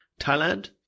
Thailand